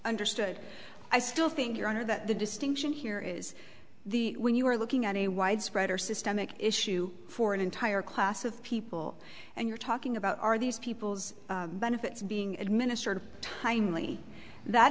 understood i still think your honor that the distinction here is the when you are looking at a widespread or systemic issue for an entire class of people and you're talking about are these people's benefits being administered timely that